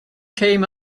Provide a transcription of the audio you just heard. came